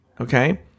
Okay